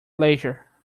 leisure